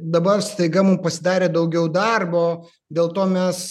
dabar staiga mum pasidarė daugiau darbo dėl to mes